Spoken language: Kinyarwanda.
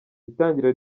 itangira